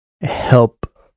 help